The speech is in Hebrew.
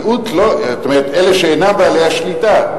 זאת אומרת אלה שאינם בעלי השליטה.